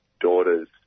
daughters